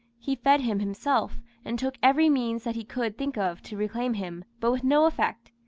he fed him himself, and took every means that he could think of to reclaim him, but with no effect.